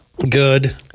Good